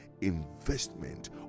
investment